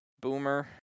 Boomer